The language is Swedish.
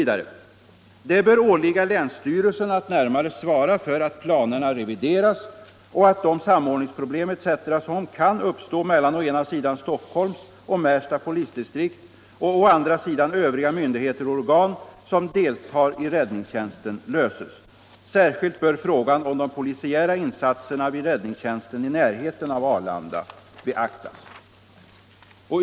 Det bör åligga länsstyrelsen att närmare svara för att planerna revideras och att de samordningsproblem etc. som kan uppstå mellan å ena sidan Stockholms och Märsta polisdistrikt och å andra sidan övriga myndigheter och organ som deltar i räddningstjänsten löses. Särskilt bör frågan om de polisiära insatserna vid räddningstjänsten i närheten av Arlanda beaktas.